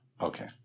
Okay